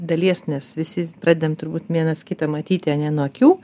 dalies nes visi pradedam turbūt vienas kitą matyti ane nuo akių